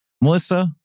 Melissa